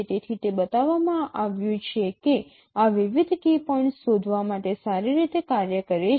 તેથી તે બતાવવામાં આવ્યું છે કે આ વિવિધ કી પોઇન્ટ્સ શોધવા માટે સારી રીતે કાર્ય કરે છે